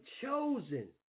chosen